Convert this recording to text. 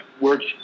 works